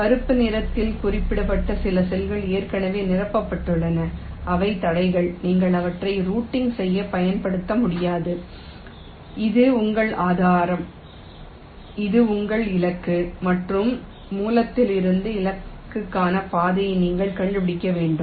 கருப்பு நிறத்தில் குறிக்கப்பட்ட சில செல்கள் ஏற்கனவே நிரப்பப்பட்டுள்ளன அவை தடைகள் நீங்கள் அவற்றை ரூட்டிங் செய்ய பயன்படுத்த முடியாது இது உங்கள் ஆதாரம் இது உங்கள் இலக்கு மற்றும் மூலத்திலிருந்து இலக்குக்கான பாதையை நீங்கள் கண்டுபிடிக்க வேண்டும்